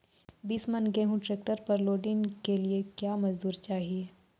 बीस मन गेहूँ ट्रैक्टर पर लोडिंग के लिए क्या मजदूर चाहिए?